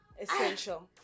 essential